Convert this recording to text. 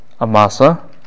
Amasa